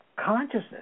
consciousness